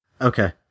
okay